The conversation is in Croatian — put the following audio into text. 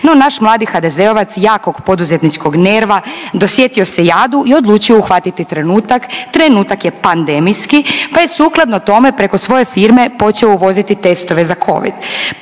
naš mladi HDZ-ovac jakog poduzetničkog nerva dosjetio se jadu i odlučio uhvatiti trenutak, trenutak je pandemijski pa je sukladno tome preko svoje firme počeo uvoziti testove za Covid.